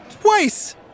Twice